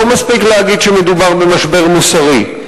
לא מספיק להגיד שמדובר במשבר מוסרי.